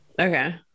Okay